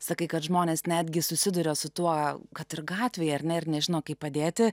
sakai kad žmonės netgi susiduria su tuo kad ir gatvėje ar ne ir nežino kaip padėti